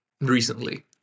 recently